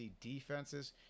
defenses